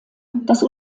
das